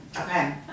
Okay